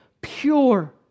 pure